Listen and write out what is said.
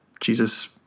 Jesus